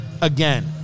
again